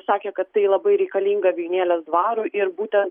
sakė kad tai labai reikalinga vijūnėlės dvarui ir būten